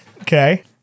Okay